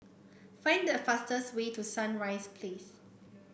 find the fastest way to Sunrise Place